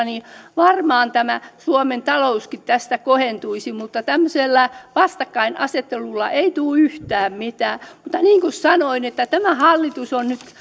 niin varmaan tämä suomen talouskin tästä kohentuisi mutta tämmöisellä vastakkainasettelulla ei tule yhtään mitään mutta niin kuin sanoin tämä hallitus on nyt